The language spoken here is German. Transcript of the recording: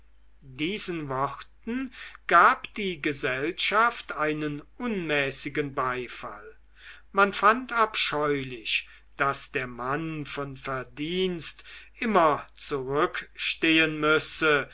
diesen worten gab die gesellschaft einen unmäßigen beifall man fand abscheulich daß der mann von verdienst immer zurückstehen müsse